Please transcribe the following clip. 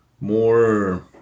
more